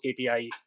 KPI